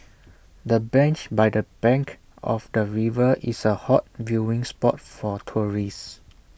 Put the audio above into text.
the bench by the bank of the river is A hot viewing spot for tourists